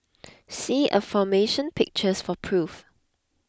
see aforementioned pictures for proof